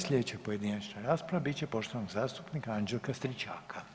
Sljedeća pojedinačna rasprava bit će poštovanog zastupnika Anđelka Stričaka.